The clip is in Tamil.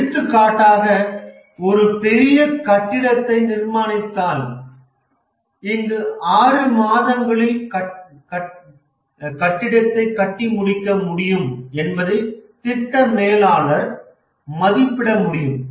எடுத்துக்காட்டாக ஒரு பெரிய கட்டிடத்தை நிர்மாணித்தல் இங்கு 6 மாதங்களில் கட்டடத்தை கட்டி முடிக்க முடியும் என்பதை திட்ட மேலாளர் மதிப்பிட முடியும்